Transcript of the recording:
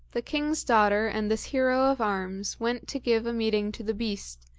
the king's daughter and this hero of arms went to give a meeting to the beast,